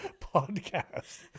podcast